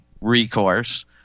recourse